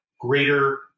greater